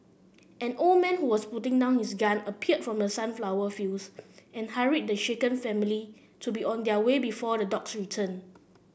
an old man who was putting down his gun appeared from the sunflower fields and hurried the shaken family to be on their way before the dogs return